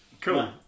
cool